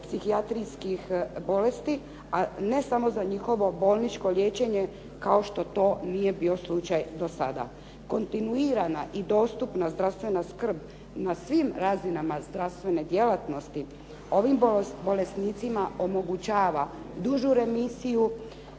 psihijatrijskih bolesti a ne samo za njihovo bolničko liječenje kao što to nije bio slučaj do sada. Kontinuirana i dostupna zdravstvena skrb na svim razinama zdravstvene djelatnosti ovim bolesnicima omogućava dužu remisiju,